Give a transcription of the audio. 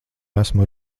esmu